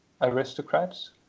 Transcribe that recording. aristocrats